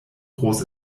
groß